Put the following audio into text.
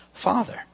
father